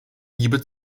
liebe